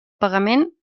pagament